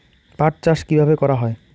পাট চাষ কীভাবে করা হয়?